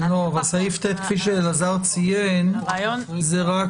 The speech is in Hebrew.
לא, אבל סעיף (ט) כפי שאלעזר ציין, זה רק